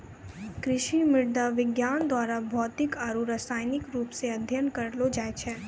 कृषि मृदा विज्ञान द्वारा भौतिक आरु रसायनिक रुप से अध्ययन करलो जाय छै